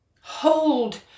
hold